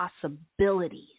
possibilities